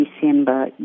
December